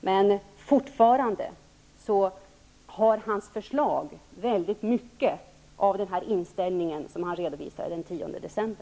Men fortfarande har hans förslag väldigt mycket av den inställning som han redovisade den 10 december.